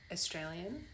Australian